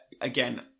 Again